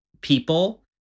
people